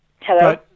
Hello